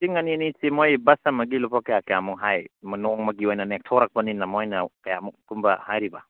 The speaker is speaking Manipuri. ꯂꯤꯁꯤꯡ ꯑꯅꯤ ꯑꯅꯤꯁꯤ ꯃꯈꯣꯏ ꯕꯁ ꯑꯃꯒꯤ ꯂꯨꯄꯥ ꯀꯌꯥ ꯀꯌꯥꯃꯨꯛ ꯍꯥꯏ ꯅꯣꯡꯃꯒꯤ ꯑꯣꯏꯅ ꯅꯦꯛꯊꯣꯔꯛꯄꯅꯤꯅ ꯃꯈꯣꯏꯅ ꯀꯌꯥꯃꯨꯛꯀꯨꯝꯕ ꯍꯥꯏꯔꯤꯕ